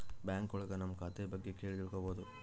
bank ಒಳಗ ನಮ್ ಖಾತೆ ಬಗ್ಗೆ ಕೇಳಿ ತಿಳ್ಕೋಬೋದು